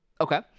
Okay